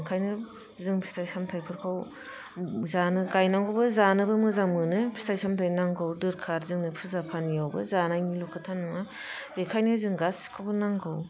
ओंखायनो जों फिथाइ सामथाइफोरखौ जानो गाइनांगौबो जानोबो मोजां मोनो फिथाइ सामथाइ नांगौ दोरखार जोंनो फुजा फानियावबो जानायनिल' खोथा नङा बेखायनो जों गासिखौबो नांगौ